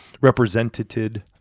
represented